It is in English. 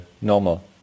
normal